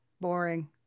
boring